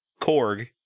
Korg